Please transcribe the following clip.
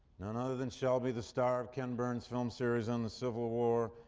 none other than shelby the star of ken burns' film series on the civil war,